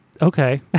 Okay